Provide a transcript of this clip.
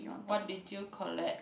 what did you collect